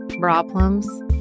problems